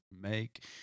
make